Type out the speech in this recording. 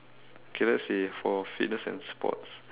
okay let's see for fitness and sports